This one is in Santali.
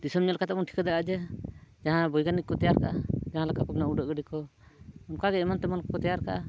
ᱫᱤᱥᱚᱢ ᱧᱮᱞ ᱠᱟᱛᱮᱫ ᱵᱚᱱ ᱴᱷᱤᱠᱟᱹ ᱫᱟᱲᱮᱭᱟᱜᱼᱟ ᱡᱮ ᱡᱟᱦᱟᱸ ᱵᱳᱭᱜᱟᱱᱤᱠ ᱠᱚ ᱛᱮᱭᱟᱨ ᱠᱟᱜᱼᱟ ᱡᱟᱦᱟᱸ ᱞᱮᱠᱟ ᱠᱚ ᱢᱮᱱᱟ ᱩᱰᱟᱹᱜ ᱜᱟᱹᱰᱤ ᱠᱚ ᱚᱱᱠᱟᱜᱮ ᱮᱢᱟᱱ ᱛᱮᱢᱟᱱ ᱠᱚ ᱛᱮᱭᱟᱨ ᱠᱟᱜᱼᱟ